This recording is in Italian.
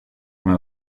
come